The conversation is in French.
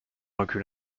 recul